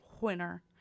winner